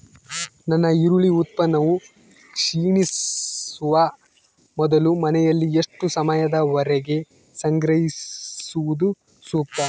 ನನ್ನ ಈರುಳ್ಳಿ ಉತ್ಪನ್ನವು ಕ್ಷೇಣಿಸುವ ಮೊದಲು ಮನೆಯಲ್ಲಿ ಎಷ್ಟು ಸಮಯದವರೆಗೆ ಸಂಗ್ರಹಿಸುವುದು ಸೂಕ್ತ?